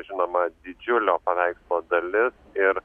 žinoma didžiulio paveikslo dalis ir